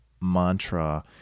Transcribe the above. mantra